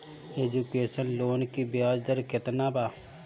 Education loan की ब्याज दर केतना बा?